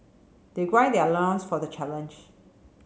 they grind their loins for the challenge